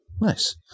Nice